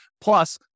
Plus